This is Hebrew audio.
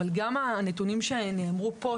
אבל גם הנתונים שנאמרו פה,